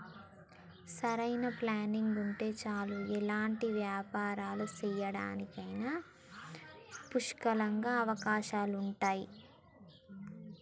సరైన ప్లానింగ్ ఉంటే చాలు ఎలాంటి వ్యాపారాలు చేసేందుకైనా పుష్కలంగా అవకాశాలుంటయ్యి